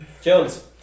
Jones